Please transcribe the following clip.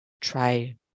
Try